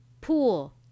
pool